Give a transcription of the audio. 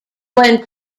went